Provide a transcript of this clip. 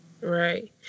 Right